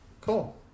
Cool